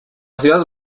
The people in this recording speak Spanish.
ciudad